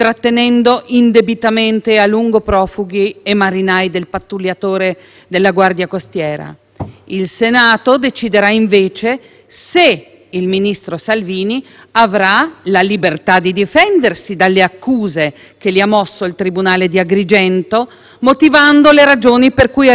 il Senato deciderà invece se il ministro Salvini avrà la libertà di difendersi dalle accuse che gli ha mosso il tribunale di Agrigento motivando le ragioni per cui ha ritenuto di non archiviare ma, anzi, rinviare gli atti al Parlamento per la sua valutazione.